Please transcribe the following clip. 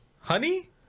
honey